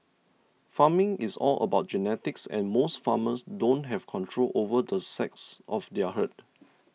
farming is all about genetics and most farmers don't have control over the sex of their herd